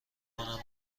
کنم